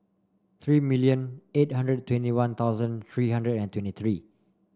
three million eight hundred and twenty One Thousand three hundred and twenty three